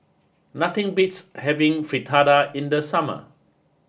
nothing beats having Fritada in the summer